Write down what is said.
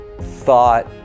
thought